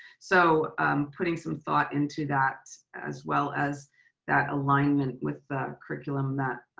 so putting some thought into that as well as that alignment with the curriculum that